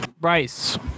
Bryce